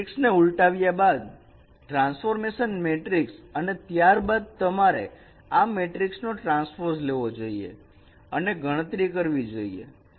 matrix અને ઉલ્ટાવ્યા બાદ ટ્રાન્સફોર્મેશન મેટ્રિક અને ત્યાર બાદ તમારે આ મેટ્રિક્સનો ટ્રાન્સપોઝ લેવો જોઈએ અને ગણતરી કરવી જોઈએ